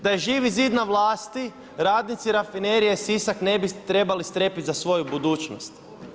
Da je Živi zid na vlasti radnici Rafinerije Sisak ne bi trebali strepiti za svoju budućnost.